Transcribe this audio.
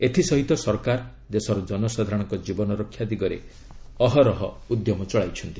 ଏଥିସହିତ ସରକାର ଦେଶର ଜନସାଧାରଣଙ୍କ ଜୀବନରକ୍ଷା ଦିଗରେ ଅହରହ ଉଦ୍ୟମ ଚଳାଇଛନ୍ତି